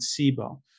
SIBO